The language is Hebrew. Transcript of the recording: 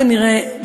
כנראה,